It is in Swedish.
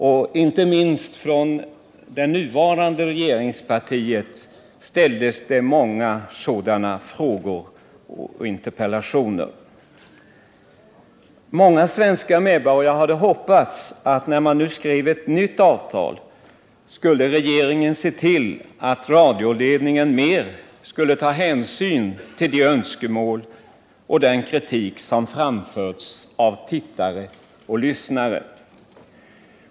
Inte minst representanter för det nuvarande regeringspartiet ställde åtskilliga sådana frågor och interpellationer. Många svenska medborgare hade hoppats, att när man nu skrev ett nytt avtal, skulle regeringen se till att radioledningen i större utsträckning skulle ta hänsyn till de önskemål och den kritik som framförts av tittare och lyssnare.